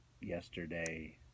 yesterday